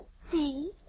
See